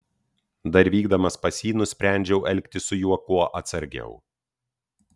dar vykdamas pas jį nusprendžiau elgtis su juo kuo atsargiau